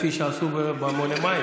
כפי שעשו במוני המים.